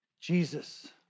Jesus